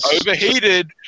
overheated